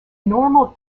normal